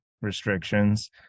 restrictions